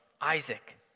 Isaac